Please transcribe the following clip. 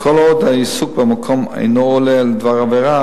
וכל עוד העיסוק במקום אינו עולה לדבר עבירה